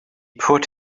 put